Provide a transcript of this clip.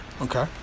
okay